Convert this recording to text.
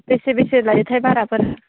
बेसे बेसे लायोथाय भाराफोर